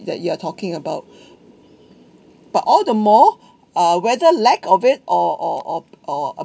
that you are talking about but all the more uh whether lack of it or or or or